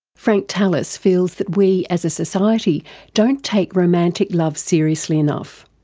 frank tallis feels that we as a society don't take romantic love seriously enough,